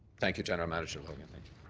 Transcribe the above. thank you, general manager logan. thank